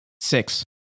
Six